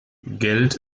geld